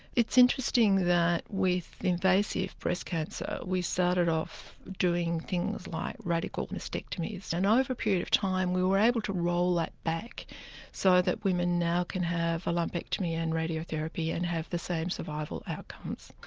it's interesting with invasive breast cancer we started off doing things like radical mastectomies. and over a period of time we were able to roll that back so that women now can have a lumpectomy and radiotherapy and have the same survival outcomes.